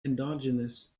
endogenous